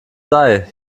sei